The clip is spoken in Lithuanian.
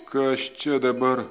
kas čia dabar